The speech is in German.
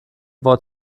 wort